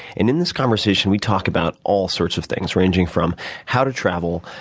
and in this conversation we talk about all sorts of things, ranging from how to travel,